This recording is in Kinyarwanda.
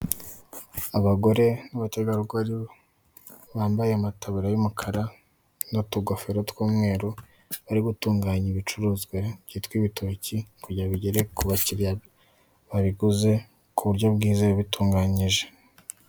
Abagore b'abategarugori bambaya amataburiya y'umukara n'utugofero tw'umweru bari gutunganya ibicuruzwa byitwa ibitoki kugira ngo bigere ku bakiriya babiguze ku buryo bwizewe bitunganyije.